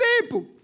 people